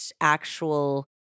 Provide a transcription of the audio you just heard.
actual